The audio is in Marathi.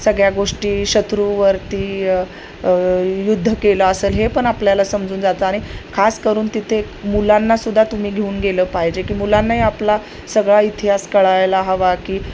सगळ्या गोष्टी शत्रूवरती युद्ध केलं असंल हे पण आपल्याला समजून जातं आणि खास करून तिथे मुलांनासुदा तुम्ही घेऊन गेलं पाहिजे की मुलांनाही आपला सगळा इतिहास कळायला हवा की